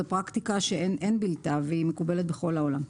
זאת פרקטיקה שאין בלתה והיא מקובלת בכל העולם.